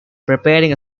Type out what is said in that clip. preparing